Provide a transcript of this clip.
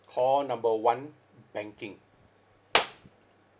call number one banking